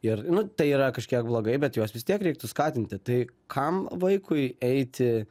ir nu tai yra kažkiek blogai bet juos vis tiek reiktų skatinti tai kam vaikui eiti